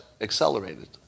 Accelerated